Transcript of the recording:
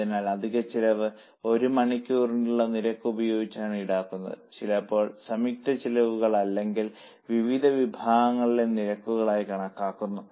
അതിനാൽ അധിക ചിലവ് ഒരു മണിക്കൂറിനുള്ള നിരക്ക് ഉപയോഗിച്ചാണ് ഈടാക്കുന്നത് ചിലപ്പോൾ സംയുക്ത ചിലവുകൾ അല്ലെങ്കിൽ വിവിധ വിഭാഗങ്ങളുടെ നിരക്കുകൾ കണക്കാക്കുന്നു